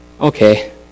okay